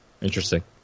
Interesting